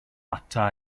ata